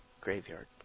graveyard